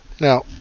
Now